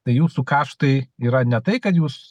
tai jūsų kaštai yra ne tai kad jūs